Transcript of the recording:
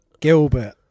Gilbert